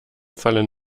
fallen